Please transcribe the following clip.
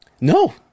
No